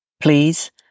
Please